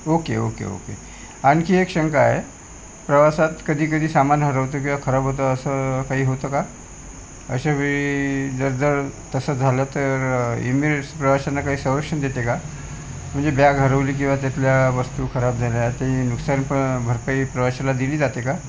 okay okay okay आणखी एक शंका आहे प्रवासात कधी कधी सामान हरवतं किंवा खराब होतं असं काही होतं का अशावेळी जर जर तसं झालं तर इमिरट्स प्रवाशांना काही संरक्षण देते का म्हणजे बॅग हरवली किंवा त्यातल्या वस्तू खराब झाल्या ते नुकसान पण भरपाई प्रवाशला दिली जाते का